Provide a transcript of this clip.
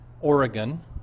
Oregon